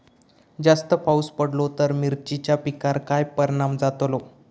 जास्त पाऊस पडलो तर मिरचीच्या पिकार काय परणाम जतालो?